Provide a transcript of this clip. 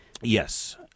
Yes